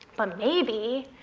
maybe.